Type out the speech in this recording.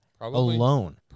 alone